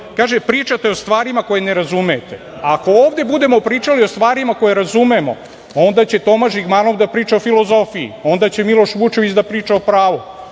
„Pričate o stvarima koje ne razumete“. Ako ovde budemo pričali o stvarima koje razumemo, onda će Toma Žigmanov da priča o filozofiji, onda će Miloš Vučević da priča o pravu,